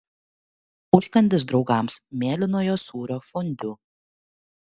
užkandis draugams mėlynojo sūrio fondiu